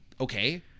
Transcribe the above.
Okay